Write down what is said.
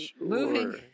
Moving